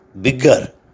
bigger